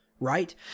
right